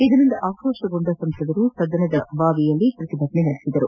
ಇದರಿಂದ ಆಕ್ರೋಶಗೊಂಡ ಸಂಸದರು ಸದನದ ಬಾವಿಯಲ್ಲಿ ಪ್ರತಿಭಟನೆ ನಡೆಸಿದರು